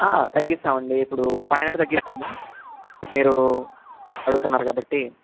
తగ్గిస్తామండి ఇప్పుడు five hundred తగ్గిస్తాము మీరు అడుగుతున్నారు కాబట్టి